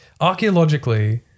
archaeologically